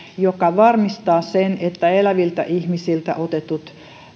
joka varmistaa sen että eläviltä ihmisiltä otettavat